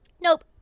Nope